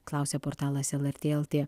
klausia portalas lrt lt